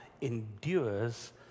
endures